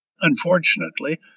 Unfortunately